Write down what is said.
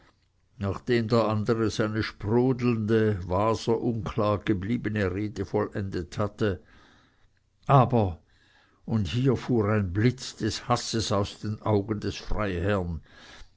nachdem der andere seine sprudelnde waser unklar gebliebene rede vollendet hatte aber und hier fuhr ein blitz des hasses aus den augen des freiherrn